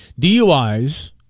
DUIs